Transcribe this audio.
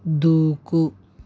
దూకు